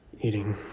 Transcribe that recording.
Eating